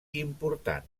important